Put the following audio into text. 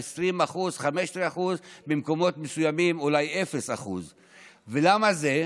היא 15% 20% ובמקומות מסוימים אולי 0%. למה זה?